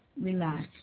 relax